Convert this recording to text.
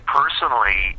personally